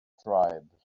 tribes